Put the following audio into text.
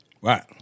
Right